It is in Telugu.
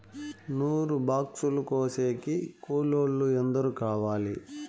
నూరు బాక్సులు కోసేకి కూలోల్లు ఎందరు కావాలి?